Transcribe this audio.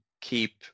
keep